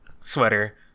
sweater